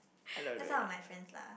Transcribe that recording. that's some of my friends lah